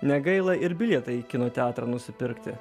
negaila ir bilietą į kino teatrą nusipirkti